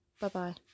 bye-bye